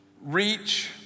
reach